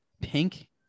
pink